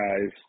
guys